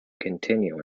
continue